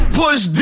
push